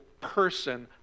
person